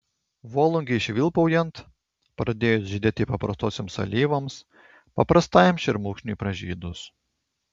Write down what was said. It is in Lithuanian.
volungei švilpaujant pradėjus žydėti paprastosioms alyvoms paprastajam šermukšniui pražydus